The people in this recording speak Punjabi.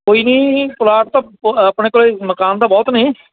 ਕੋਈ ਨਹੀਂ ਪਲਾਟ ਤਾਂ ਪ ਆਪਣੇ ਕੋਲ ਮਕਾਨ ਦਾ ਬਹੁਤ ਨੇ